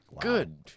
Good